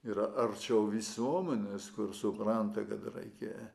yra arčiau visuomenės kur supranta kad reikia